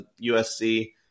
USC